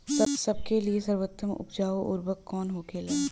सबका ले सर्वोत्तम उपजाऊ उर्वरक कवन होखेला?